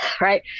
right